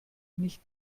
nicht